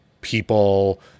people